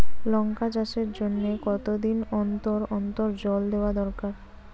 লঙ্কা চাষের জন্যে কতদিন অন্তর অন্তর জল দেওয়া দরকার?